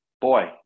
boy